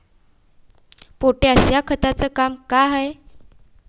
Potash या खताचं काम का हाय?